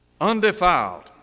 undefiled